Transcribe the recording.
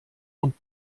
und